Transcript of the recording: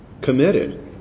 committed